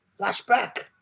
flashback